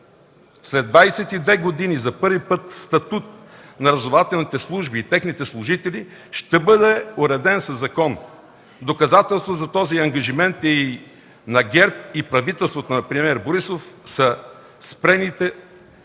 След 22 години, за първи път статут на разузнавателните служби и техните служители ще бъде уреден със закон. Доказателство за този ангажимент на ГЕРБ и правителството на премиера Борисов са спрените отвличания,